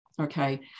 Okay